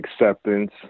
acceptance